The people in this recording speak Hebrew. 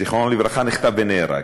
זיכרונו לברכה, נחטף ונהרג.